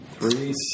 Three